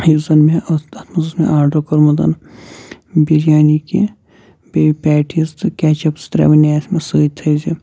یُس زَن مےٚ اوس تتھ منٛز اوس مےٚ آرڈر کوٚرمُت بریانی کیٚنٛہہ بیٚیہِ پیٹیز تہٕ کیٚچاپس ترٛےٚ وَنیس مےٚ سۭتۍ تھیزِ